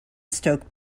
stoke